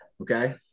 Okay